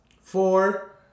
four